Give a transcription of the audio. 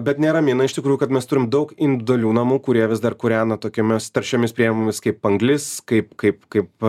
bet neramina iš tikrųjų kad mes turim daug indualių namų kurie vis dar kūrena tokiames taršėmis priemomis kaip anglis kaip kaip kaip